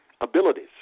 abilities